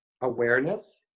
awareness